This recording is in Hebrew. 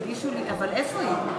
אנחנו לא נצביע בעדכם,